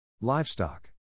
Livestock